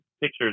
pictures